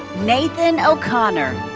nathan o'connor.